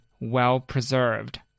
well-preserved